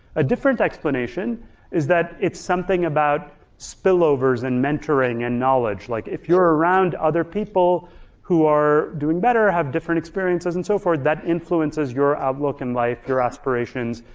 a different explanation is that it's something about spillovers in mentoring and knowledge, like if you're around other people who are doing better, have different experiences and so forth, that influences your outlook in life, your aspirations,